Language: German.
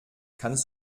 kannst